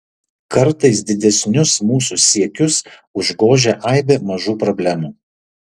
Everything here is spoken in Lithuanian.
kartais didesnius mūsų siekius užgožia aibė mažų problemų